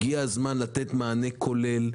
הגיע הזמן לתת מענה כולל.